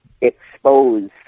expose